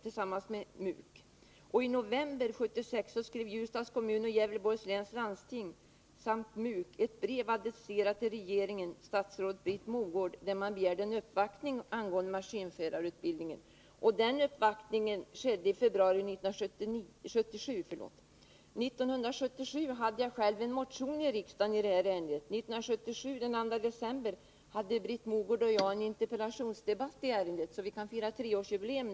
I november 1976 skrev Ljusdals kommun, Gävleborgs läns landsting och MUK ett brev adresserat till Britt Mogård där man begärde en uppvaktning angående maskinförarutbildningen. Den uppvaktningen ägde rum i februari 1977. År 1977 hade jag själv en motion uppe till behandling i riksdagen i detta ärende. Den 2 december 1977 hade Britt Mogård och jag en interpellationsdebatt i ärendet. Vi kan snart fira treårsjubileum.